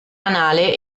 anale